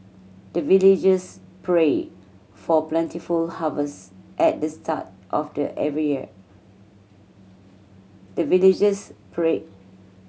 the villagers pray for plentiful harvest at the start of the every year the villagers pray